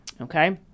okay